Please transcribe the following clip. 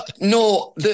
no